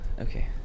Okay